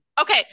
Okay